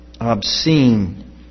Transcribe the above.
obscene